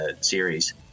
series